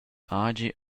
hagi